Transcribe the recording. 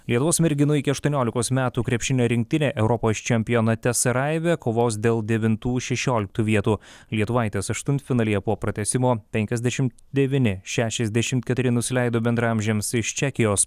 lietuvos merginų iki aštuoniolikos metų krepšinio rinktinė europos čempionate sarajeve kovos dėl devintų šešioliktų vietų lietuvaitės aštuntfinalyje po pratęsimo penkiasdešim devyni šešiasdešim keturi nusileido bendraamžėms iš čekijos